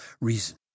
reason